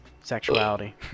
Sexuality